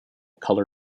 color